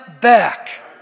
back